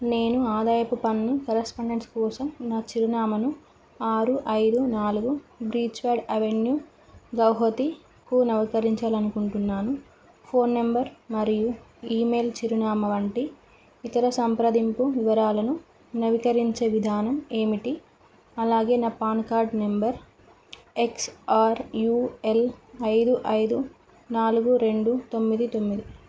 నేను ఆదాయపు పన్ను కరస్పాండెన్స్ కోసం నా చిరునామను ఆరు ఐదు నాలుగు బ్రీచ్వడ్ అవెన్యూ గౌహతికు నవీకరించాలనుకుంటున్నాను ఫోన్ నెంబర్ మరియు ఈమెయిల్ చిరునామ వంటి ఇతర సంప్రదింపు వివరాలను నవికరించే విధానం ఏమిటి అలాగే నా PAN card number X R U L ఐదు ఐదు నాలుగు రెండు తొమ్మిది తొమ్మిది